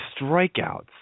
strikeouts